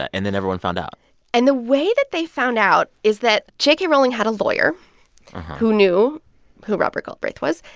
and then everyone found out and the way that they found out is that j k. rowling had a lawyer who knew who robert galbraith was.